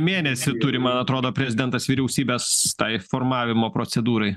mėnesį turi man atrodo prezidentas vyriausybės tai formavimo procedūrai